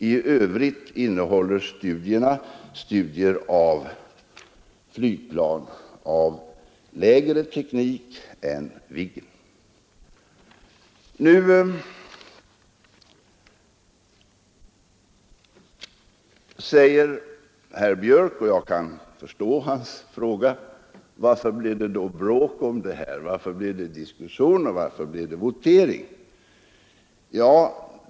I övrigt innehåller studierna studier av flygplan av lägre teknik än Viggen. Nu säger herr Björck — och jag kan förstå hans fråga Varför blev det då bråk om det här, varför blev det diskussion och votering?